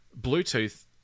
Bluetooth